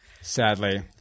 Sadly